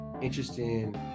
interesting